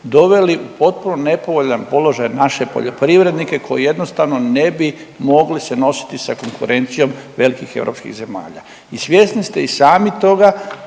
doveli u potpuno nepovoljan položaj naše poljoprivrednike koji jednostavno ne bi mogli se nositi sa konkurencijom velikih europskih zemalja. I svjesni ste i sami toga